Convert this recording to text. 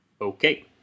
Okay